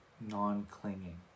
non-clinging